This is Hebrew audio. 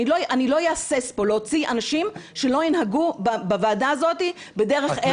אני לא אהסס להוציא אנשים שלא ינהגו בוועדה הזאת בדרך ארץ.